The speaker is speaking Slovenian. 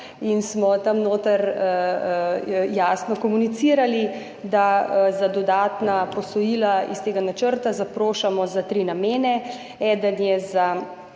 in smo tam notri jasno komunicirali, da za dodatna posojila iz tega načrta zaprošamo za tri namene, eden je za